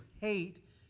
hate